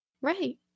Right